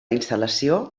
instal·lació